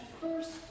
first